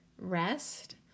rest